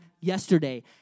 yesterday